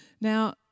Now